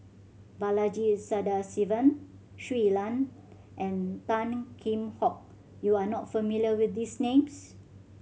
Balaji Sadasivan Shui Lan and Tan Kheam Hock you are not familiar with these names